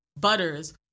butters